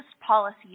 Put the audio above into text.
policies